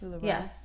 Yes